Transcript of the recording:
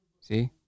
See